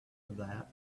that